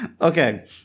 Okay